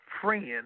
friend